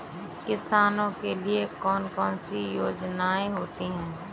किसानों के लिए कौन कौन सी योजनायें होती हैं?